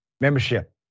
Membership